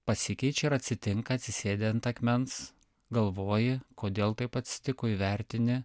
pasikeičia ir atsitinka atsisėdi ant akmens galvoji kodėl taip atsitiko įvertini